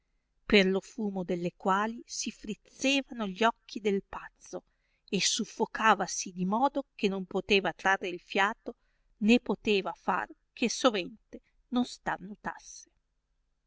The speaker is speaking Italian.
per lo fumo delle quali si frizzevano gli occhi del pazzo e suffocavasi di modo che non poteva trarre il fiato né poteva far che sovente non stranutasse